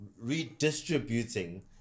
redistributing